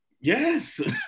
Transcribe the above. Yes